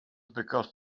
because